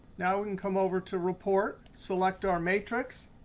now we can come over to report. select our matrix.